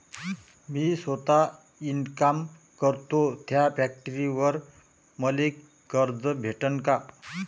मी सौता इनकाम करतो थ्या फॅक्टरीवर मले कर्ज भेटन का?